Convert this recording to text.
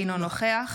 אינו נוכח